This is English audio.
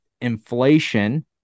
inflation